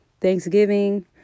Thanksgiving